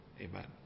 Amen